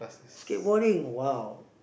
skateboarding !wow!